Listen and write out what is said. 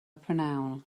prynhawn